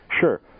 Sure